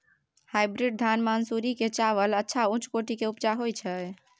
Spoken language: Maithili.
हाइब्रिड धान मानसुरी के चावल अच्छा उच्च कोटि के उपजा होय छै?